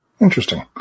Interesting